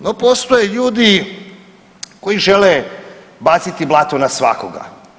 No postoje ljudi koji žele baciti blato na svakoga.